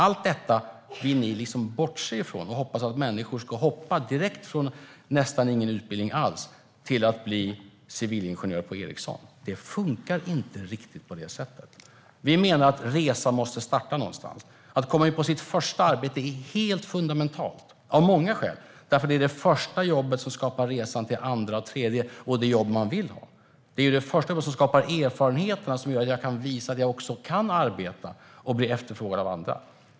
Allt detta vill ni bortse från och hoppas att människor ska hoppa direkt från att ha nästan ingen utbildning alls till att bli civilingenjörer på Ericsson. Det funkar inte riktigt på det sättet. Vi menar att resan måste starta någonstans. Att komma in på sitt första arbete är helt fundamentalt av många skäl, för det är det första jobbet som skapar resan till det andra och det tredje och till det jobb man vill ha. Det är det första jobbet som skapar erfarenheter som gör att man kan visa att man kan arbeta och bli efterfrågad av andra.